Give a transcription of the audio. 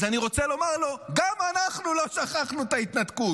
אז אני רוצה לומר לו: גם אנחנו לא שכחנו את ההתנתקות.